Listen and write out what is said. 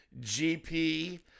GP